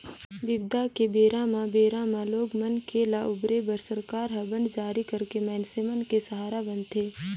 बिबदा के बेरा म बेरा म लोग मन के ल उबारे बर सरकार ह बांड जारी करके मइनसे मन के सहारा बनथे